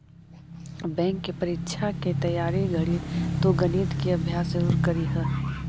bank के परीक्षा के तइयारी घड़ी तु गणित के अभ्यास जरूर करीह